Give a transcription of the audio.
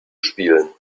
spielen